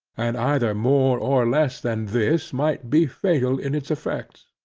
and either more, or, less than this, might be fatal in its effects.